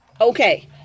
Okay